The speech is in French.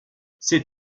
c’est